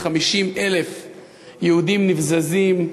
50,000 יהודים נבזזים,